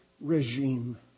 regime